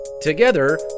Together